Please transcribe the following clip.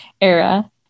era